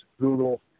Google